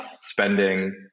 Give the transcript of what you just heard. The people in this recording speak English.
spending